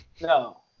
no